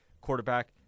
quarterback